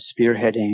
spearheading